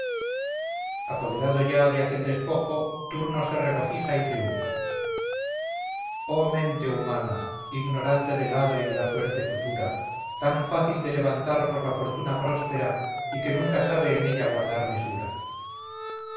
apoderado ya de aquel despojo turno se regocija y triunfa oh mente humana ignorante del hado y de la suerte futura tan fácil de levantar por la fortuna próspera y que nunca sabe en ella guardar mesura